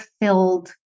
filled